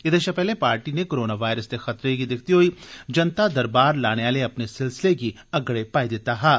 एदे शा पैहले पार्टी नै कोरोना वायरस दे खतरे गी दिक्खदे होई जनता दरबार लाने आले अपने सिलसिले गी अगड़े पाई दिता हा